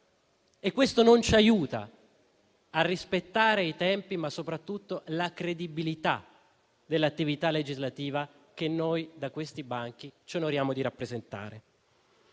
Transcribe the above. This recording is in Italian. Questo non aiuta a rispettare i tempi, ma soprattutto non aiuta la credibilità dell'attività legislativa che, da questi banchi, ci onoriamo di rappresentare.